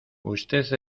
usted